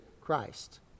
Christ